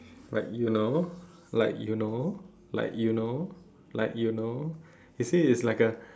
like you know like you know like you know you see it's like a